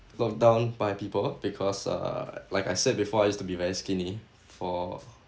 look down by people because uh like I said before I used to be very skinny for